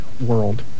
world